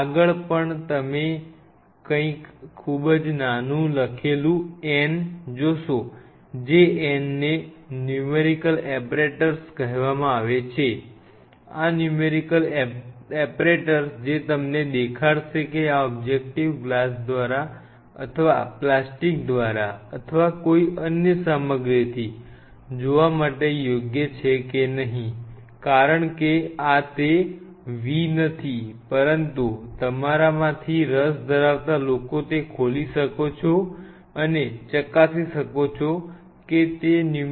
આગળ પણ વેચનાર તમને તેના વિશે કહેશે નહિ